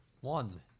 One